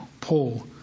Paul